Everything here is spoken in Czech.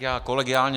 Já kolegiálně.